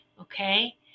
Okay